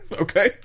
Okay